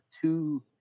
two